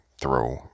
throw